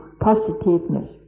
positiveness